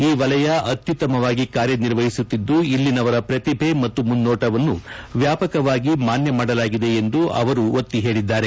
ಈ ವಲಯ ಅತ್ಯುತ್ತಮವಾಗಿ ಕಾರ್ಯನಿರ್ವಹಿಸುತ್ತಿದ್ದು ಇಲ್ಲಿನವರ ಪ್ರತಿಭೆ ಮತ್ತು ಮುನ್ನೋಟವನ್ನು ವ್ಕಾಪಕವಾಗಿ ಮಾನ್ಕ ಮಾಡಲಾಗಿದೆ ಎಂದು ಅವರು ಒತ್ತಿ ಹೇಳಿದ್ದಾರೆ